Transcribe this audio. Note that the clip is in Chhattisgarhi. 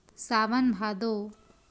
सावन भादो